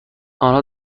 آنها